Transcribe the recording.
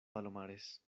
palomares